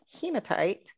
hematite